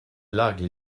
largue